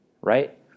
Right